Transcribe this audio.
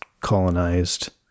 colonized